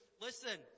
listen